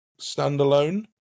standalone